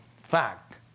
fact